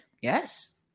Yes